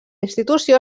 institució